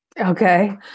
Okay